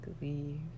leave